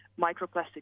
microplastics